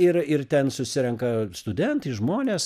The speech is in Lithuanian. ir ir ten susirenka studentai žmonės